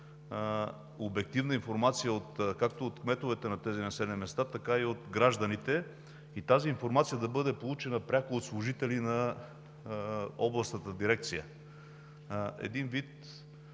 обективна информация, както от кметовете на тези населени места, така и от гражданите и тази информация да бъде получена пряко от служители на областната дирекция. Един вид